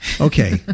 Okay